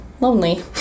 lonely